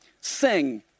sing